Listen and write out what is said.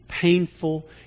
painful